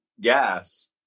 gas